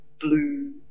blue